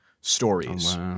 stories